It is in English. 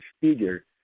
figure